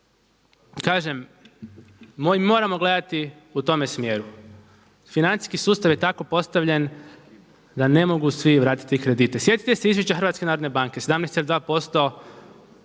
Kažem moramo gledati u tome smjeru. Financijski sustav je tako postavljen da ne mogu svi vratiti kredite. Sjetite se izvješća Hrvatske